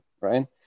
right